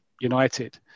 United